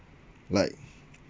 like